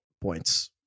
points